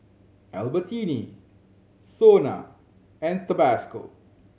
Albertini SONA and Tabasco